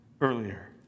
earlier